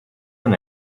when